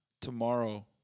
tomorrow